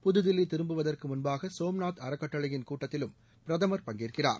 புதுதில்லி திரும்புவதற்கு முன்பாக சோம்நாத் அறக்கட்டளையின் கூட்டத்திலும் பிரதமர் பங்கேற்கிறார்